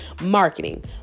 marketing